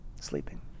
Sleeping